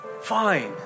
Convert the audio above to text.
fine